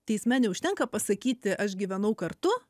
teisme neužtenka pasakyti aš gyvenau kartu